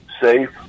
safe